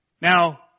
Now